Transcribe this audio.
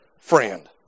friend